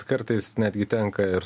kartais netgi tenka ir